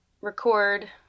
record